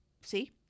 See